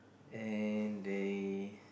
and they